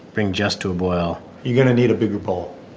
bring just to a boil you're going to need a bigger bowl.